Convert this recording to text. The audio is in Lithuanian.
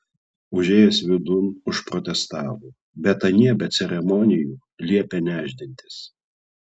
užėjęs vidun užprotestavo bet anie be ceremonijų liepė nešdintis